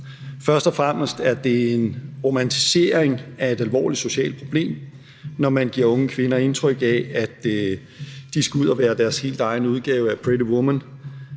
Først og fremmest er det en romantisering af et alvorligt socialt problem, når man giver unge kvinder indtryk af, at de skal ud og være deres helt egen udgave af Pretty Woman.